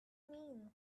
mean